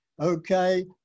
okay